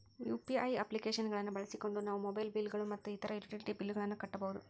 UPI application ಗಳನ್ನ ಬಳಸಿಕೊಂಡು ನಾವು ಮೊಬೈಲ್ ಬಿಲ್ ಗಳು ಮತ್ತು ಇತರ ಯುಟಿಲಿಟಿ ಬಿಲ್ ಗಳನ್ನ ಕಟ್ಟಬಹುದು